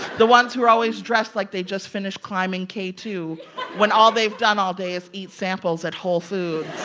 the ones who are always dressed like they just finished climbing k two when all they've done all day is eat samples at whole foods.